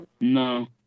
No